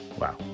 Wow